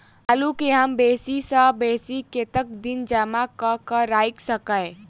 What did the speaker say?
आलु केँ हम बेसी सऽ बेसी कतेक दिन जमा कऽ क राइख सकय